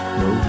no